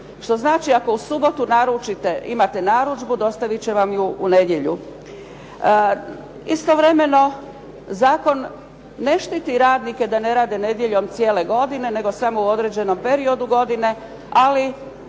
Što znači ako u subotu naručite, imate narudžbu dostavit će vam je u nedjelju. Istovremeno, zakon ne štiti radnike da ne rade nedjeljom cijele godine nego samo u određenom periodu godine